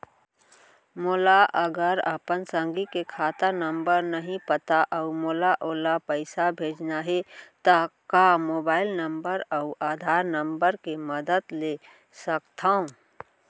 मोला अगर अपन संगी के खाता नंबर नहीं पता अऊ मोला ओला पइसा भेजना हे ता का मोबाईल नंबर अऊ आधार नंबर के मदद ले सकथव?